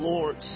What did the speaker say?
Lord